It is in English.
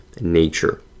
nature